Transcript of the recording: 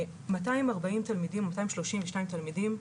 232 תלמידים,